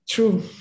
True